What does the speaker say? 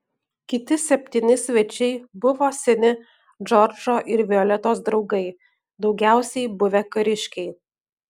kiti septyni svečiai buvo seni džordžo ir violetos draugai daugiausiai buvę kariškiai